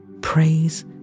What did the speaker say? Praise